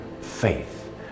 faith